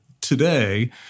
today